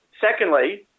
Secondly